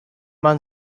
man